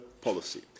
policy